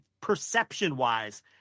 perception-wise